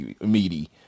meaty